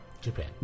Japan